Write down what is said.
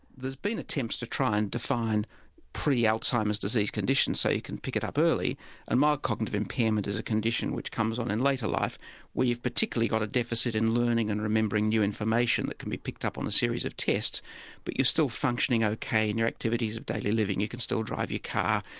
been attempts to try and define pre-alzheimer's disease conditions so you can pick it up early and mild cognitive impairment is a condition which comes on in later life where you've particularly got a deficit in learning and remembering new information that can be picked up on a series of tests but you're still functioning ok in your activities of daily living you can still drive your car,